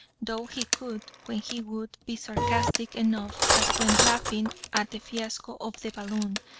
though he could, when he would, be sarcastic enough, as when laughing at the fiasco of the balloon,